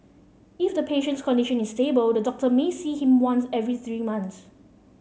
if the patient's condition is stable the doctor may see him once every three months